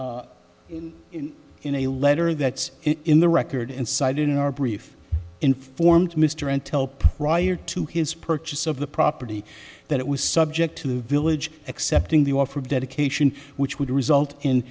writing in a letter that's in the record and cited in our brief informed mr until prior to his purchase of the property that it was subject to village accepting the offer of dedication which would result in